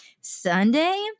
Sunday